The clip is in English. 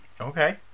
Okay